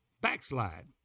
backslide